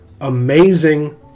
amazing